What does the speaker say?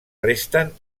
resten